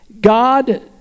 God